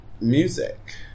music